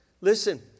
Listen